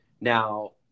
now